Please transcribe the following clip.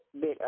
bit